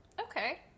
Okay